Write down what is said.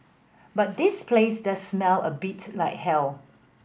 but this place does smell a bit like hell